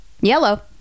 Yellow